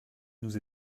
nous